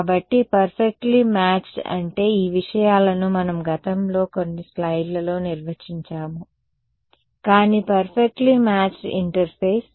కాబట్టి perfectly matched అంటే ఈ విషయాలను మనం గతంలో కొన్ని స్లయిడ్లలో నిర్వచించాము కానీ పర్ఫెక్ట్లి మ్యాచ్డ్ ఇంటర్ఫేస్